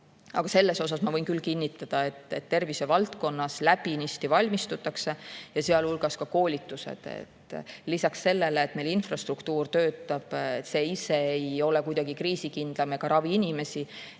Aga seda ma võin küll kinnitada, et tervisevaldkonnas läbinisti valmistutakse [kriisideks], sealhulgas on koolitused. Lisaks sellele, et meil infrastruktuur töötab – see ise ei [taga] kuidagi kriisikindlust ega ravi inimesi